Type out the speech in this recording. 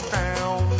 down